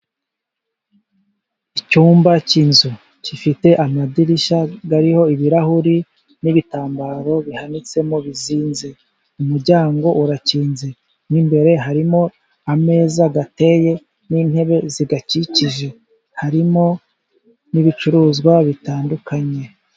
Icyumba cy'inzu gifite amadirishya ariho ibirahuri n'ibitambaro bihanitsemo bizinze .Umuryango urakinze, Mo imbere harimo ameza ateye n'intebe ziyakikije , harimo n'ibicuruzwa bitandukanye.